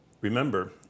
Remember